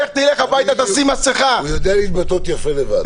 אוסנת, האמיני לי, הוא יודע להתבטאות יפה לבד.